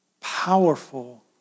powerful